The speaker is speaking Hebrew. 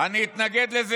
אני אתנגד לזה.